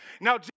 Now